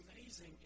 amazing